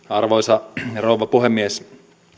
arvoisa rouva puhemies